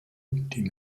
die